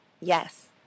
yes